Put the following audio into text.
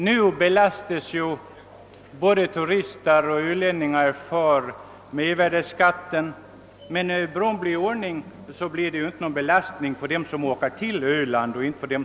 Tills vidare belastas ju både turister och ölänningar med mervärdeskatten, men när bron blir klar bortfaller ju den belastningen för alla ölandstrafikanter.